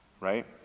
right